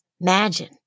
Imagine